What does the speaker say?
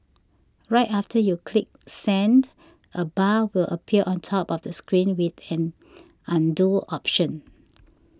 right after you click send a bar will appear on top of the screen with an Undo option